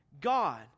God